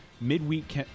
Midweek